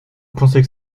pensez